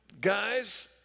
guys